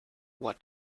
what